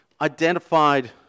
identified